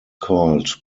called